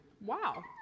wow